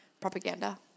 propaganda